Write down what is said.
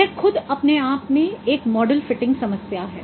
यह खुद अपने आप में एक मॉडल फिटिंग समस्या है